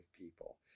people